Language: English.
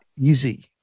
easy